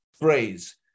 phrase